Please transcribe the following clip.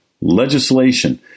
legislation